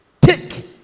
take